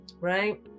right